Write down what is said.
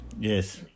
Yes